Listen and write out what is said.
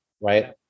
Right